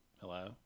Hello